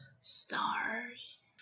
Stars